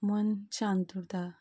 मन शांत उरता